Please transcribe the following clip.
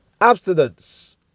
Abstinence